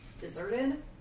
deserted